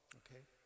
okay